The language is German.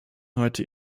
heute